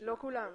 --- לא כולם.